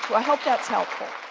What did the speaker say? i hope that's helpful.